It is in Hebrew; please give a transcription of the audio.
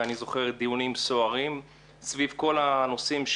ואני זוכר דיונים סוערים סביב כל הנושאים,